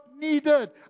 needed